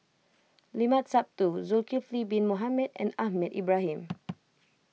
Limat Sabtu Zulkifli Bin Mohamed and Ahmad Ibrahim